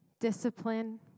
Discipline